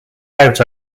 out